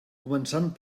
començant